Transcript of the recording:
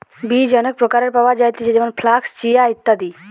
বীজ অনেক প্রকারের পাওয়া যায়তিছে যেমন ফ্লাক্স, চিয়া, ইত্যাদি